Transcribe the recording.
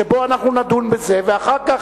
שבה אנחנו נדון בזה ואחר כך,